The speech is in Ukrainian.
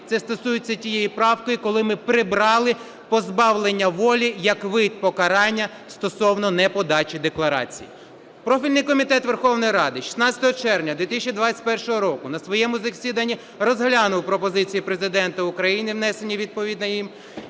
Це стосується тієї правки, коли ми прибрали позбавлення волі як вид покарання стосовно неподачі декларації. Профільний комітет Верховної Ради 16 червня 2021 року на своєму засіданні розглянув пропозиції Президента України, внесені відповідно їм.